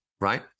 right